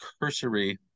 cursory